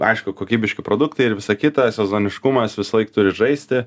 aišku kokybiški produktai ir visa kita sezoniškumas visąlaik turi žaisti